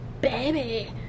baby